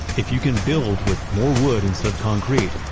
if you can build with more wood instead of concrete,